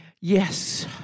Yes